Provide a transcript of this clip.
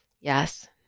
Yes